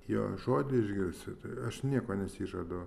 jo žodį išgirsi tai aš nieko neišsižadu